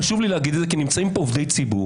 חשוב לי להגיד את זה, כי נמצאים פה עובדי ציבור,